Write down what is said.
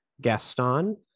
Gaston